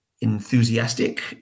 enthusiastic